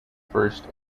first